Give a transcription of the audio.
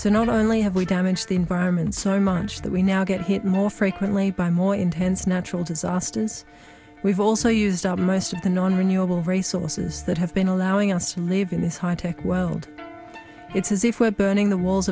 so not only have we damage the environment so much that we now get hit more frequently by more intense natural disasters we've also used up most of the nonrenewable resources that have been allowing us to live in this high tech world it's as if we're burning the walls